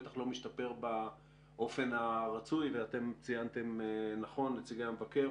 בטח לא משתפר באופן הרצוי וציינו נכון נציגי המבקר